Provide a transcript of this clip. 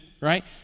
right